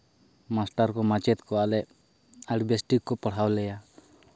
master ᱠᱚ ᱢᱟᱪᱮᱫ ᱠᱚ ᱟᱞᱮ ᱟᱹᱰᱤ ᱵᱮᱥᱴᱷᱤᱠ ᱠᱚ ᱯᱟᱲᱦᱟᱣ ᱞᱮᱭᱟ